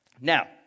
Now